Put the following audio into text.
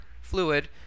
fluid